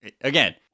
again